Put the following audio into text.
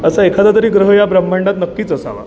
असा एखादातरी ग्रह या ब्रह्मांडात नक्कीच असावा